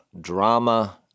drama